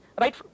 right